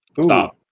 Stop